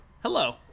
Hello